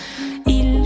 Il